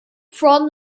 from